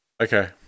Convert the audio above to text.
okay